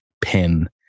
pin